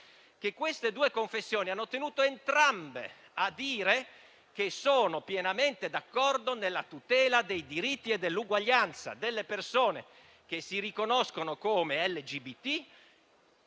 che queste due confessioni hanno tenuto entrambe a dire che sono pienamente d'accordo con la tutela dei diritti e dell'uguaglianza delle persone che si riconoscono come LGBT